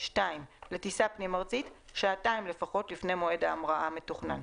(2) לטיסה פנים ארצית שעתיים לפחות לפני מועד ההמראה המתוכנן.